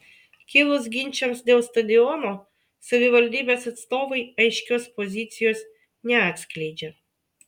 kilus ginčams dėl stadiono savivaldybės atstovai aiškios pozicijos neatskleidžia